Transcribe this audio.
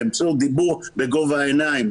באמצעות דיבור בגובה העיניים,